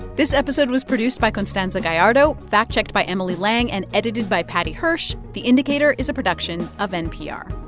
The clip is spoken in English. this episode was produced by constanza gallardo, fact-checked by emily lang and edited by paddy hirsch. the indicator is a production of npr